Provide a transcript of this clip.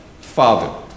Father